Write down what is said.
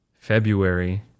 February